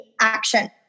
action